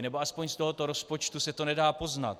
Nebo aspoň z tohoto rozpočtu se to nedá poznat.